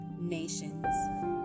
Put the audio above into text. nations